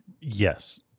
Yes